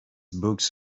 books